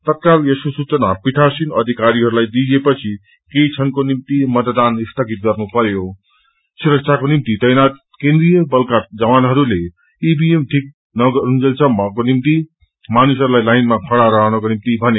तत्काल यसको सुचना पीइासीन अधिकरीहस्लाई दिइएपछि केही बणको निम्ति मतदान स्थागित गर्न परयों सूरक्षाको निम्ति तैनात केन्द्रिय बलका जवानहरूले ईमीएम ठीक गस्नंजेल सम्मको निभ्ति मानिसहरूललाई लाइनमा खड़ा रहनाको निभ्ति भने